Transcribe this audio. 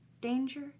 danger